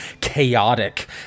chaotic